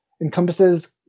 encompasses